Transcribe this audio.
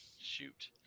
Shoot